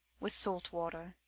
with salt water,